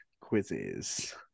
quizzes